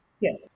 Yes